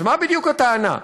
אז מה בדיוק הטענה,